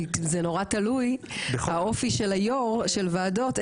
כי זה נורא תלוי באופי של היו"ר של ועדות,